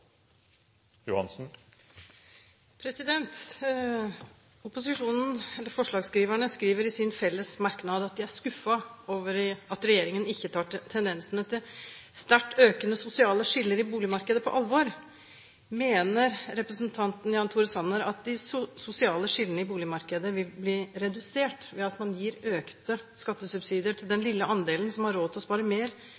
over at regjeringen ikke tar «tendensene til sterkt økende sosiale skiller i boligmarkedet på alvor». Mener representanten Jan Tore Sanner at de sosiale skillene i boligmarkedet vil bli redusert ved at man gir økte skattesubsidier til den